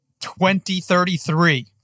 2033